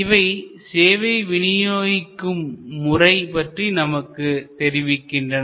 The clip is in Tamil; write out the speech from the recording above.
இவை சேவை வினியோகிக்கும் முறை பற்றி நமக்கு தெரிவிக்கின்றன